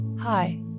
Hi